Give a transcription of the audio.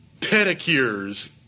Pedicures